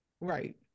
Right